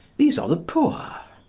these are the poor,